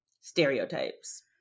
Stereotypes